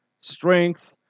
strength